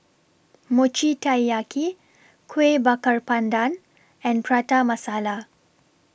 Mochi Taiyaki Kueh Bakar Pandan and Prata Masala